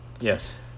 Yes